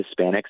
Hispanics